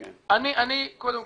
כן, של שנינו.